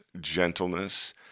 gentleness